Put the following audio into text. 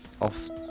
off